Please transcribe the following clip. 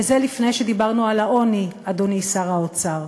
וזה לפני שדיברנו על העוני, אדוני שר האוצר.